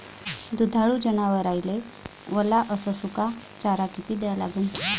दुधाळू जनावराइले वला अस सुका चारा किती द्या लागन?